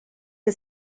que